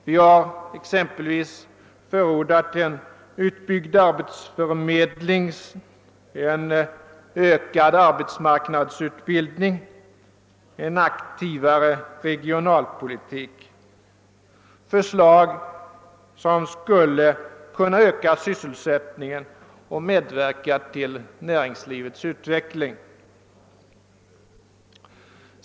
Vi har exempelvis förordat en utbyggd arbetsförmedling, en ökad arbetsmarknadsutbildning, en «aktivare regionalpolitik, förslag som skulle kunna öka sysselsättningen och medverka till näringslivets utveckling.